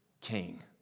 king